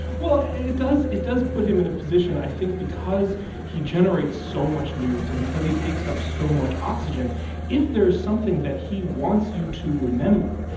well, it does it does put him in a position i think because he generates so much news and because he takes up so much oxygen if there is something that he wants you to remember,